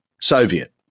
Soviet